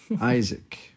Isaac